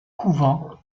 couvent